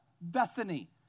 Bethany